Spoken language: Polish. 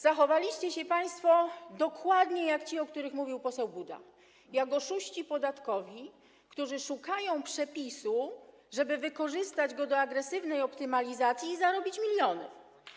Zachowaliście się państwo dokładnie jak ci, o których mówił poseł Buda: jak oszuści podatkowi, którzy szukają przepisu, żeby wykorzystać go do agresywnej optymalizacji i zarobić miliony.